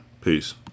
Peace